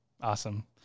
Awesome